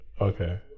Okay